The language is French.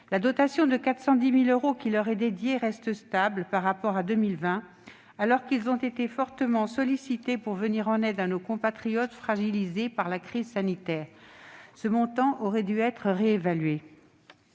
La dotation de 410 000 euros qui leur est dédiée reste stable par rapport à 2020, alors que ces organismes ont été fortement sollicités pour venir en aide à nos compatriotes fragilisés par la crise sanitaire. Ce montant aurait dû être réévalué.